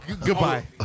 Goodbye